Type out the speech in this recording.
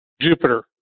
Jupiter